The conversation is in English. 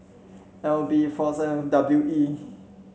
L B four seven W E